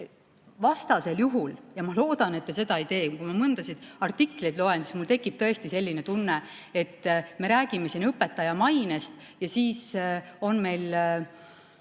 Vastasel juhul, ja ma loodan, et te seda ei tee, sest kui ma mõndasid artikleid loen, siis mul tekib tõesti selline tunne, et me räägime siin õpetaja mainest, aga siis on meil